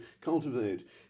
cultivate